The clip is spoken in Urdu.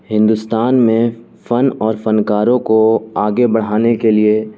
ہندوستان میں فن اور فنکاروں کو آگے بڑھانے کے لیے